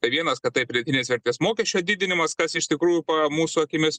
tai vienas kad tai pridėtinės vertės mokesčio didinimas kas iš tikrųjų po mūsų akimis